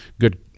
good